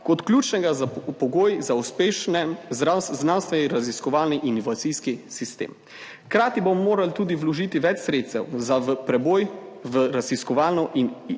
kot ključnega pogoja za uspešen znanstvenoraziskovalni in inovacijski sistem. Hkrati bomo morali vložiti tudi več sredstev za preboj v raziskovalno in inovacijsko